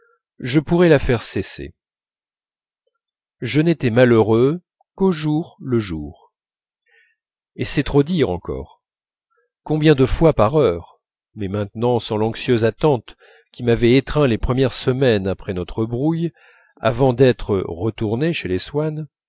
je pourrais la faire cesser je n'étais malheureux qu'au jour le jour et c'est trop dire encore combien de fois par heure mais maintenant sans l'anxieuse attente qui m'avait étreint les premières semaines après notre brouille avant d'être retourné chez les swann